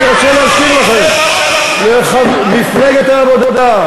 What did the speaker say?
אני רוצה להזכיר לכם שמפלגת העבודה,